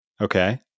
okay